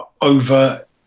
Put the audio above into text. over